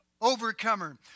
Overcomer